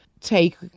take